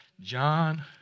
John